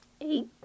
eight